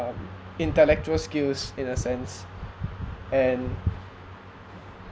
um intellectual skills in a sense and